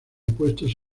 opuestos